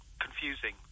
confusing